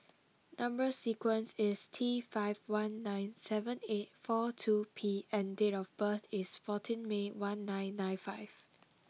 number sequence is T five one nine seven eight four two P and date of birth is fourteen May one nine nine five